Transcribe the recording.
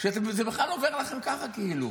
שזה בכלל עובר לכם ככה, כאילו.